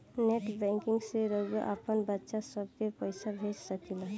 net banking से रउआ आपन बच्चा सभ के पइसा भेज सकिला